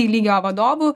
lygio vadovų